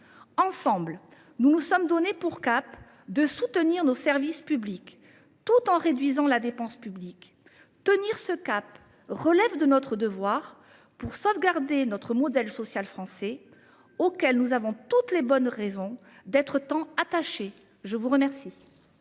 Ensemble, nous nous sommes donné pour cap de soutenir nos services publics, tout en réduisant la dépense publique. Tenir ce cap relève de notre devoir, celui de sauvegarder notre modèle social français, auquel nous avons toutes les raisons d’être tant attachés ! La parole